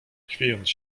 chwiejąc